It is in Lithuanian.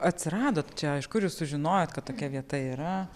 atsiradot čia iš kur jūs sužinojot kad tokia vieta yra